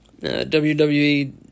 WWE